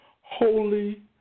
holy